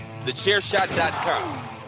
Thechairshot.com